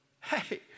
Hey